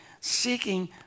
seeking